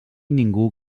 ningú